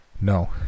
No